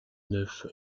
neuf